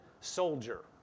soldier